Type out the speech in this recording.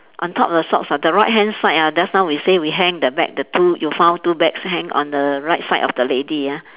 on top of the socks ah the right hand side ah just now we say we hang the bag the two you found two bags hang on the right side of the lady ah